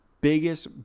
biggest